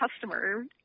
customer